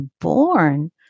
born